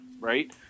Right